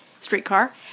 Streetcar